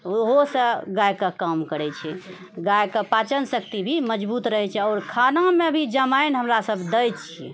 ओहोसँ गायके काम करैत छै गायके पाचन शक्ति भी मजबूत रहैत छै आओर खानामे भी जमाइन हमरासभ दैत छियै